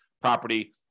property